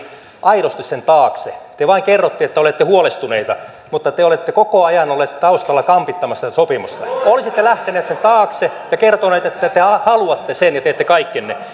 aidosti sen taakse te vain kerrotte että olette huolestuneita mutta te te olette koko ajan olleet taustalla kampittamassa tätä sopimusta olisitte lähteneet sen taakse ja kertoneet että te haluatte sen ja teette kaikkenne